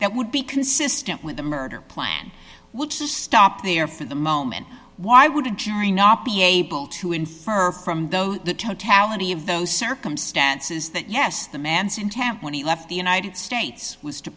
that would be consistent with a murder plan which is stop there for the moment why would a jury not be able to infer from the totality of those circumstances that yes the man's in tampa when he left the united states was